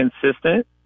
consistent